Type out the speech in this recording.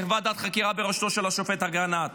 ועדת חקירה בראשותו של השופט אגרנט,